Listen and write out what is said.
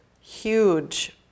huge